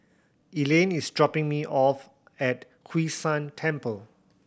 Elaine is dropping me off at Hwee San Temple